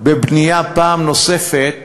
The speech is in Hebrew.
בבנייה פעם נוספת,